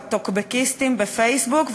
הטוקבקיסטים בפייסבוק,